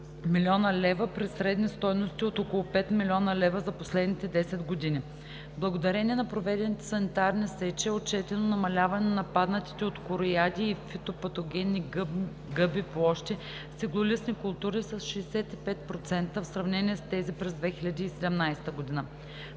млн. лв., при средни стойности от около 5 млн. лв. за последните 10 години. Благодарение на проведените санитарни сечи е отчетено намаляване на нападнатите от корояди и фитопатогенни гъби площи с иглолистни култури с 65% в сравнение с тези през 2017 г.